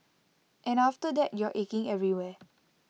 and after that you're aching everywhere